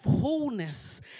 wholeness